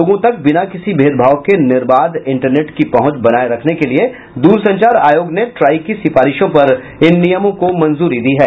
लोगों तक बिना किसी भेदभाव के निर्बाध इंटरनेट की पहुंच बनाये रखने के लिए द्रसंचार आयोग ने ट्राई की सिफारिशों पर इन नियमों को मंजूरी दी है